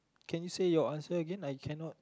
can your say your answer Again I cannot